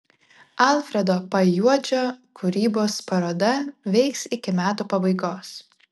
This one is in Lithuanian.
alfredo pajuodžio kūrybos paroda veiks iki metų pabaigos